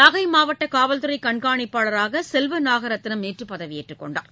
நாகை மாவட்ட காவல்துறை கண்காணிப்பாளராக செல்வ நாகரத்தினம் நேற்று பதவியேற்றுக் கொண்டார்